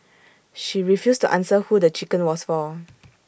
she refused to answer who the chicken was for